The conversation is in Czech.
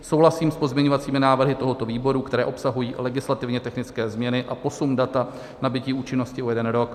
Souhlasím s pozměňovacími návrhy tohoto výboru, které obsahují legislativně technické změny a posun data nabytí účinnosti o jeden rok.